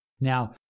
Now